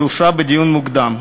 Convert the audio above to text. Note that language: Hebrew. שאושרה בדיון מוקדם.